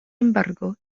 embargo